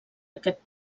aquest